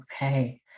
Okay